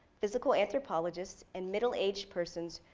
physical anthropologist, and middle aged persons,